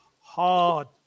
hard